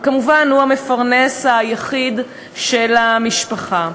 וכמובן הוא המפרנס היחיד של המשפחה.